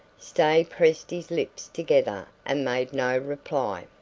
stay pressed his lips together and made no reply.